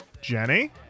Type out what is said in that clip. Jenny